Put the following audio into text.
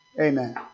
Amen